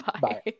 Bye